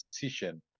decision